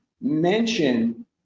mention